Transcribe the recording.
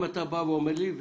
אם אתה אומר לי,